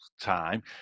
time